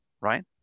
right